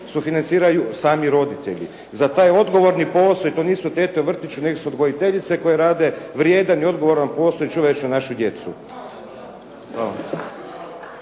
sufinanciraju sami roditelji. Za taj odgovorni poziv to nisu tete u vrtiću nego su odgojiteljice koje rade vrijedan i odgovoran posao i čuvajući našu djecu.